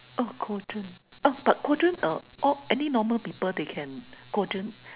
oh quadrant uh but quadrant uh all any normal people they can quadrant of